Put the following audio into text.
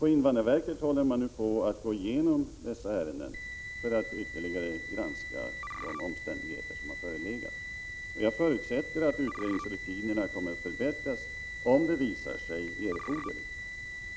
På invandrarverket håller man nu på att gå igenom dessa ärenden för att ytterligare granska de omständigheter som förelegat. Jag förutsätter att utredningsrutinerna kommer att förbättras om det visar sig erforderligt.